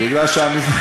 אתה מבין,